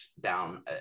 down